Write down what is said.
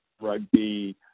rugby